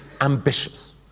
ambitious